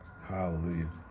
Hallelujah